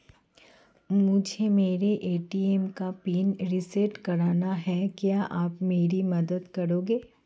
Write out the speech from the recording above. मुझे मेरे ए.टी.एम का पिन रीसेट कराना है क्या आप मेरी मदद करेंगे?